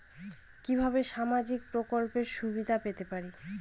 কিভাবে সামাজিক প্রকল্পের সুবিধা পেতে পারি?